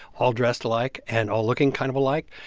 all dressed alike and all looking kind of alike.